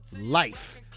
Life